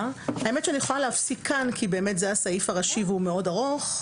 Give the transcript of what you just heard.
האמת שאני יכולה להפסיק כאן כי באמת זה הסעיף הראשי והוא מאוד ארוך.